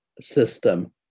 system